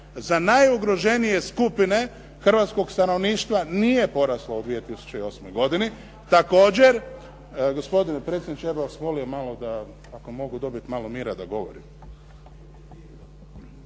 za najugroženije skupine hrvatskog stanovništva nije porasla u 2008. godini. Gospodine predsjedniče, ja bih vas molio malo ako mogu dobiti malo mira da govorim.